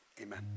amen